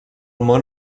món